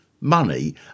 money